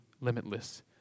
limitless